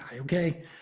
okay